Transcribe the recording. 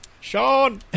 Sean